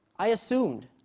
i assumed.